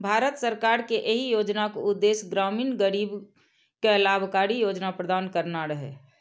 भारत सरकार के एहि योजनाक उद्देश्य ग्रामीण गरीब कें लाभकारी रोजगार प्रदान करना रहै